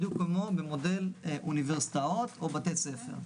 בדיוק כמו במודל אוניברסיטאות או בתי ספר.